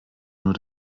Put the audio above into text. nur